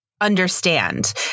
understand